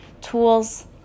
tools